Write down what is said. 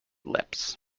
lips